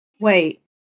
Wait